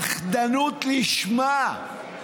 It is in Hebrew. פחדנות לשמה.